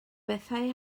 bethau